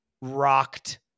rocked